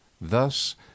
Thus